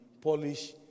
polish